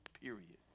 period